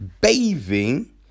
Bathing